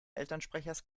elternsprechers